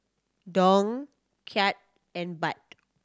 Dong Kyat and Baht